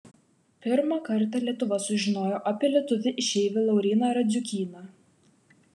pirmą kartą lietuva sužinojo apie lietuvį išeivį lauryną radziukyną